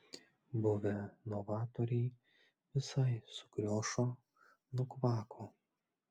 buvę novatoriai visai sukriošo nukvako